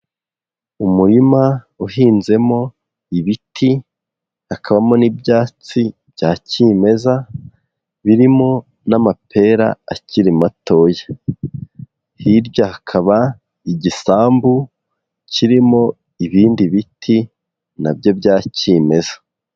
Umurima uhinzemo ibiti, hakabamo n'ibyatsi bya kimeza, birimo n'amapera akiri matoya. Hirya hakaba igisambu, kirimo ibindi biti na byo bya kimeza.